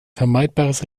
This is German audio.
vermeidbares